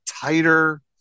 tighter